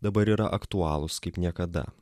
dabar yra aktualūs kaip niekada